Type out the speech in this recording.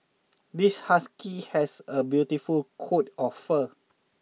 this husky has a beautiful coat of fur